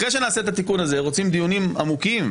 אחרי שנעשה את התיקון הזה רוצים דיונים עמוקים?